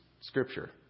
scripture